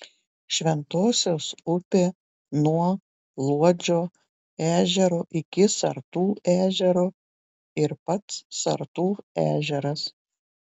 šventosios upė nuo luodžio ežero iki sartų ežero ir pats sartų ežeras